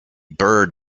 bird